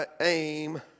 aim